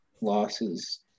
losses